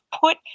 put